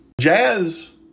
Jazz